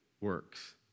works